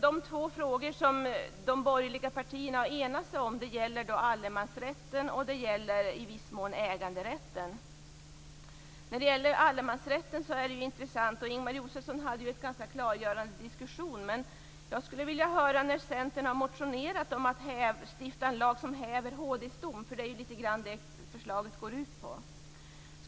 De två frågor som de borgerliga partierna har enats om gäller allemansrätten och i viss mån äganderätten. Ingemar Josefsson hade en ganska klargörande diskussion om allemansrätten. Centern har väckt en motion om att stifta en lag som skall häva HD:s dom - det är vad förslaget går ut på.